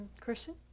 Christian